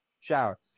shower